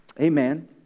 amen